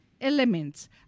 elements